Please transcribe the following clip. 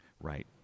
right